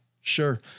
sure